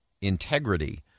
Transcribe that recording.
integrity